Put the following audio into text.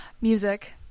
Music